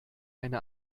eine